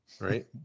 right